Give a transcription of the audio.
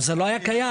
אבל זה לא היה קיים.